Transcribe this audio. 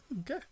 Okay